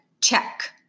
check